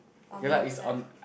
on the left